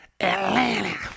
Atlanta